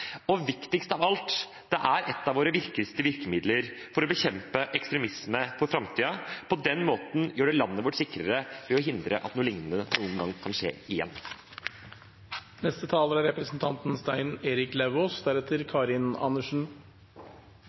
Og viktigst av alt: Det er et av våre viktigste virkemidler for å bekjempe ekstremisme for framtiden. På den måten gjør en landet vårt sikrere – ved å hindre at noe lignende noen gang kan skje